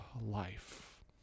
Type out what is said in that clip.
life